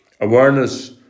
Awareness